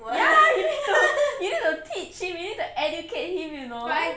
ya you need to you need to teach him you need to educate him you know